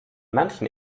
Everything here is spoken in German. manchen